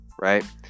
right